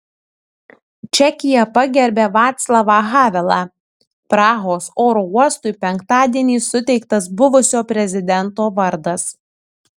čekija pagerbia vaclavą havelą prahos oro uostui penktadienį suteiktas buvusio prezidento vardas